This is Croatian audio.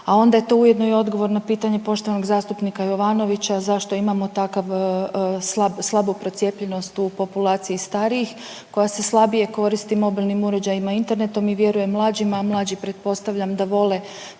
a onda je to ujedno i odgovor na pitanje poštovanog zastupnika Jovanovića zašto imamo takav slab, slabu procijepljenost u populaciji starijih koja se slabije koristi mobilnim uređajima i internetom i vjeruju mlađima, a mlađi pretpostavljam da vole